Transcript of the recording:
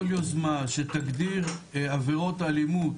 יוזמה שתגדיר עבירות אלימות